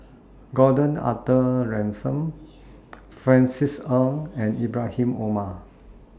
Gordon Arthur Ransome Francis Ng and Ibrahim Omar